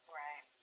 right